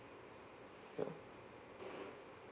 ya